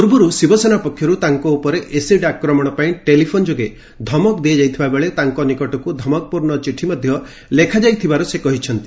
ପୂର୍ବରୁ ଶିବସେନା ପକ୍ଷରୁ ତାଙ୍କ ଉପରେ ଏସିଡ ଆକ୍ରମଣ ପାଇଁ ଟେଲିଫୋନ୍ ଯୋଗେ ଧମକ ଦିଆଯାଇଥିବା ବେଳେ ତାଙ୍କ ନିକଟକୁ ଧମକପୂର୍ଣ୍ଣ ଚିଠି ମଧ୍ୟ ଲେଖାଯାଇଥିବାର ସେ କହିଛନ୍ତି